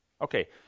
Okay